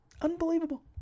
Unbelievable